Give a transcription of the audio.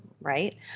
right